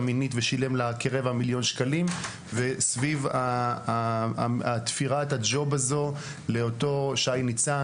מינית ושילם לה כרבע מיליון שקלים וסביב תפירת הג'וב הזו לאותו שי ניצן,